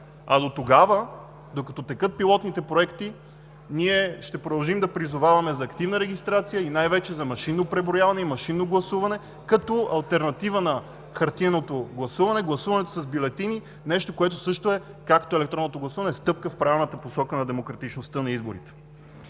Дотогава – докато текат пилотните проекти, ще продължим да призоваваме за активна регистрация и най-вече за машинно преброяване и машинно гласуване, като алтернатива на хартиеното гласуване, гласуването с бюлетини – нещо, което също е, както и електронното гласуване, стъпка в правилната посока на демократичността на изборите.